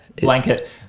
Blanket